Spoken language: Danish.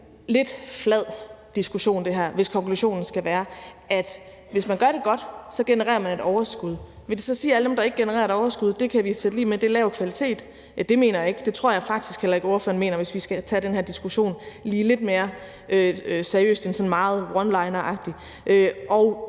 bliver en lidt flad diskussion, hvis konklusionen skal være, at hvis man gør det godt, så genererer man et overskud. Vil det så sige, at det for alle dem, der ikke genererer et overskud, er lig med, at det er lav kvalitet? Det mener jeg ikke. Det tror jeg faktisk heller ikke ordføreren mener, hvis vi lige skal tage den her diskussion lidt mere seriøst end sådan meget onelineragtigt.